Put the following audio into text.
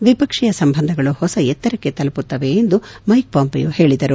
ದ್ವಿಪಕ್ಷೀಯ ಸಂಬಂಧಗಳು ಹೊಸ ಎತ್ತರಕ್ಕೆ ತಲುಮತ್ತವೆ ಎಂದು ಮೈಕ್ ಪಾಂಪೆಯೊ ಹೇಳದರು